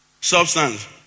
substance